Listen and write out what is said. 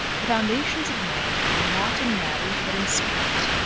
the foundations of man are not in matter, but in spirit.